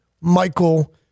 Michael